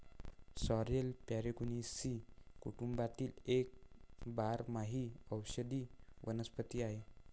sorrel Polygonaceae कुटुंबातील एक बारमाही औषधी वनस्पती आहे